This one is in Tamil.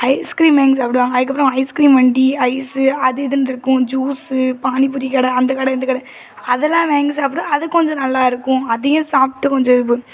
ஐஸ்க்ரீம் வாங்கி சாப்பிடுவாங்க அதுக்கப்புறம் ஐஸ்க்ரீம் வண்டி ஐஸு அது இதுன்னு இருக்கும் ஜூஸு பானிபுரி கடை அந்த கடை இந்த கடை அதெல்லாம் வாங்கி சாப்பிடுவேன் அது கொஞ்சம் நல்லா இருக்கும் அதையும் சாப்பிட்டு கொஞ்சம்